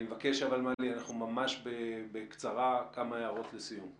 אבל אני מבקש, מלי, ממש בקצרה כמה הערות לסיום.